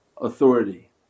authority